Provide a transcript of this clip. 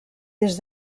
des